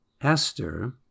Esther